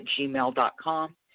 gmail.com